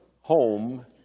home